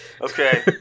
Okay